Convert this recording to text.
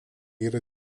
yra